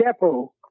depot